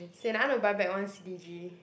sian I want to buy back one c_g